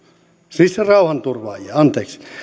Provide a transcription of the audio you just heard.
siis rauhanturvaajia anteeksi